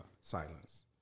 silence